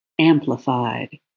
amplified